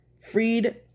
freed